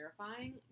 terrifying